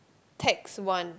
tax one